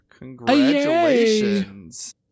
Congratulations